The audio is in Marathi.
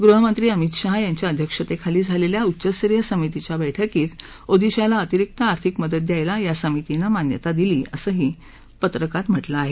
गृहमंत्री अभित शाह यांच्या अध्यक्षतेखाली झालेल्या उच्च स्तरीय समितीच्या बैठकीत ओदिशाला अतिरिक्त आर्थिक मदत द्यायला या समितीनं मान्यता दिली असंही या प्रसिद्धीपत्रकात म्हटलं आहे